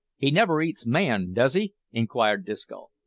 he never eats man, does he? inquired disco.